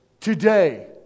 Today